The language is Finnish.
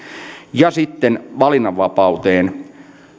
sitten valinnanvapauteen